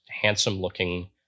handsome-looking